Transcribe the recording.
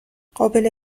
قابل